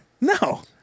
No